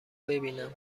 ببینم